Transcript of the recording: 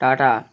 Tata